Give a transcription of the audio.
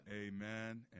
Amen